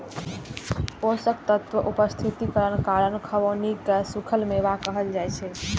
पोषक तत्वक उपस्थितिक कारण खुबानी कें सूखल मेवा कहल जाइ छै